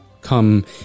come